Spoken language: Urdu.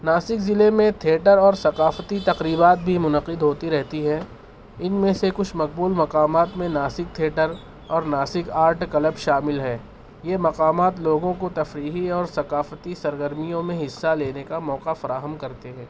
ناسک ضلعے میں تھئیٹر اور ثقافتی تقریبات بھی منعقد ہوتی رہتی ہے ان میں سے کچھ مقبول مقامات میں ناسک تھئیٹر اور ناسک آرٹ کلب شامل ہے یہ مقامات لوگوں کو تفریحی اور ثقافتی سرگرمیوں میں حصہ لینے کا موقع فراہم کرتے ہیں